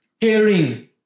Caring